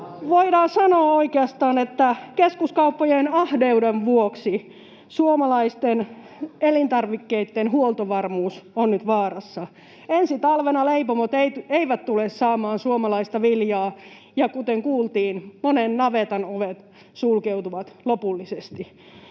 Voidaan sanoa oikeastaan, että keskuskauppojen ahneuden vuoksi suomalaisten elintarvikkeitten huoltovarmuus on nyt vaarassa. Ensi talvena leipomot eivät tule saamaan suomalaista viljaa, ja kuten kuultiin, monen navetan ovet sulkeutuvat lopullisesti.